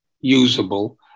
usable